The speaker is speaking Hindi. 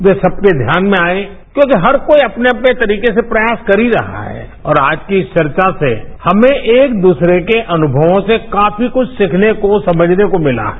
वे सबके ध्यान में आए क्योंकि हर कोई अपने अपने तरीके से प्रयास कर ही रहा है और आज की इस चर्चा से हमें एक दूसरे के अनुभवों से काफी कुछ सीखने समझने को मिला है